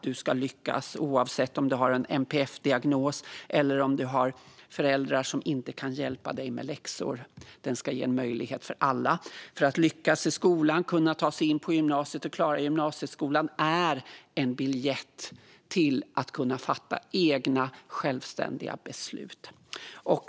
Du ska lyckas oavsett om du har en NPF-diagnos eller om du har föräldrar som inte kan hjälpa dig med läxor. Det ska vara möjligt för alla att lyckas i skolan och ta sig in på gymnasiet. Att klara gymnasieskolan är en biljett till att kunna fatta egna självständiga beslut.